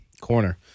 corner